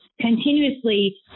continuously